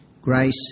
grace